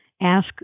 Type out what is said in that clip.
ask